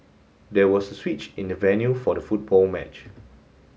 there was a switch in the venue for the football match